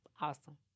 awesome